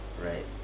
right